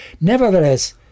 Nevertheless